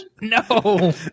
No